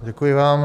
Děkuji vám.